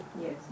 Yes